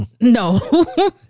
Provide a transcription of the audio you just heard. No